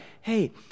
hey